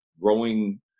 growing